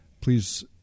please